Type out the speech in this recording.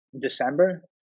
December